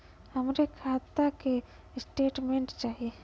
हमरे खाता के स्टेटमेंट चाही?